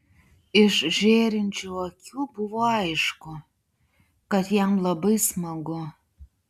iš žėrinčių akių buvo aišku kad jam labai smagu